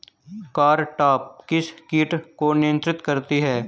Cartap किस किट को नियंत्रित करती है?